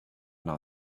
not